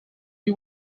you